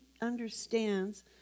understands